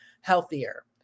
healthier